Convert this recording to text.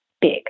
big